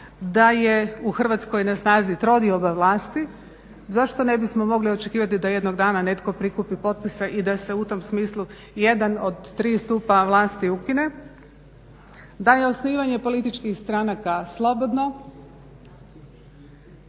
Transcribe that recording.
da je u Hrvatskoj na snazi trodioba vlasti. Zašto ne bismo mogli očekivati da jednog dana netko prikupi potpise i da se u tom smislu jedan od tri stupa vlasti ukine. Da je osnivanje političkih stranaka slobodno,